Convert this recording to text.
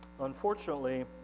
Unfortunately